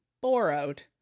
borrowed